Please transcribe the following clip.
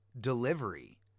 delivery